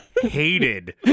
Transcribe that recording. hated